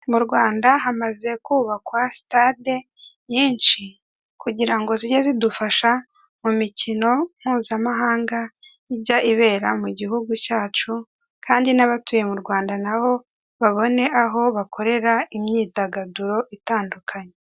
Mu Rwanda hamaze kubakwa sitade nyinshi kugira ngo zijye zidufasha mu mikino mpuzamahanga ijya ibera mu gihugu cyacu kandi n'abatuye mu Rwanda nabo babone aho bakorera imyidagaduro itandukanye.